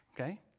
okay